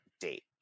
date